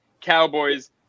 Cowboys